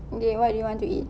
okay what do you want to eat